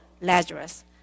Lazarus